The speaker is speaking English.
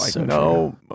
no